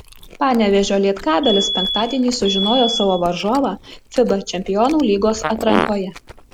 panevėžio lietkabelis penktadienį sužinojo savo varžovą fiba čempionų lygos atrankoje